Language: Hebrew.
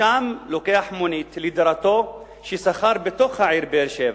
משם הוא לוקח מונית לדירתו ששכר בתוך העיר באר-שבע,